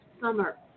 summer